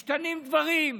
משתנים דברים,